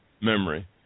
memory